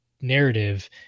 narrative